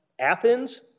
Athens